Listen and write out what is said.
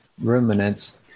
ruminants